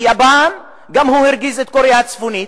ביפן הוא גם הרגיז גם את קוריאה הצפונית.